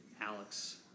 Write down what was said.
Alex